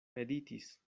meditis